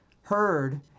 heard